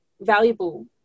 valuable